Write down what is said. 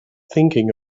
thinking